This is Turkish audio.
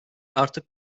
artık